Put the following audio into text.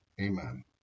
Amen